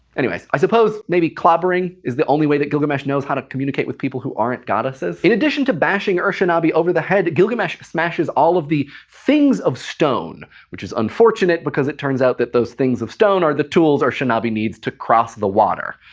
anyways, i suppose maybe clobbering is the only way that gilgamesh know how to communicate with people who aren't goddesses. in addition to bashing ur-shanabi over the head, gilgamesh smashes all of the things of stone. which is unfortunate because it turns out that those things of stone are the tools ur-shanabi needs to cross the water.